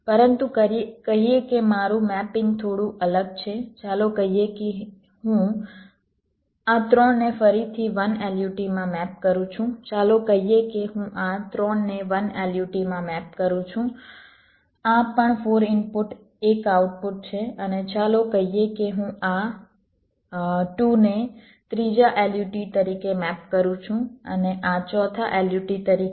પરંતુ કહીએ કે મારુ મેપિંગ થોડું અલગ છે ચાલો કહીએ કે હું આ ત્રણને ફરીથી 1 LUT માં મેપ કરું છું ચાલો કહીએ કે હું આ 3 ને 1 LUT માં મેપ કરું છું આ પણ 4 ઇનપુટ એક આઉટપુટ છે અને ચાલો કહીએ કે હું આ 2 ને ત્રીજા LUT તરીકે મેપ કરું છું અને આ ચોથા LUT તરીકે